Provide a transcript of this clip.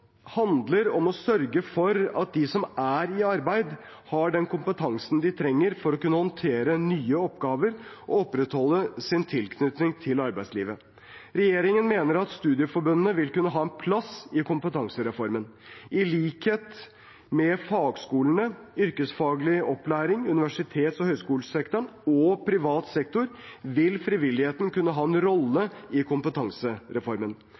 handler om å sørge for at de som er i arbeid, har den kompetansen de trenger for å kunne håndtere nye oppgaver og opprettholde sin tilknytning til arbeidslivet. Regjeringen mener at studieforbundene vil kunne ha en plass i kompetansereformen. I likhet med fagskolene, yrkesfaglig opplæring, universitets- og høyskolesektoren og privat sektor vil frivilligheten kunne ha en rolle i kompetansereformen.